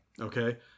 Okay